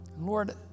Lord